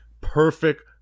Perfect